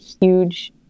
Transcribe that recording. huge